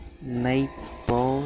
maple